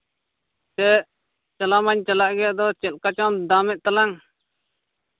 ᱪᱮᱫ ᱪᱟᱞᱟᱣ ᱢᱟᱧ ᱪᱟᱞᱟᱜ ᱜᱮᱭᱟ ᱟᱫᱚ ᱪᱮᱫᱠᱟ ᱪᱚᱢ ᱫᱟᱢᱮᱫ ᱛᱟᱞᱟᱝ